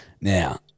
Now